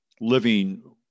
living